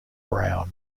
brown